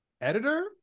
editor